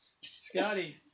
Scotty